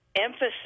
emphasis